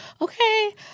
okay